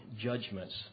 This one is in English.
judgments